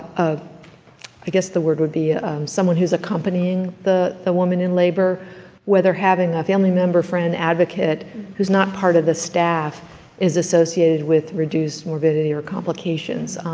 i guess the word would be someone who's accompanying the the woman in labor whether having a family member, friend, advocate who's not part of the staff is associated with reduced morbidity or complications,